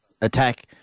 attack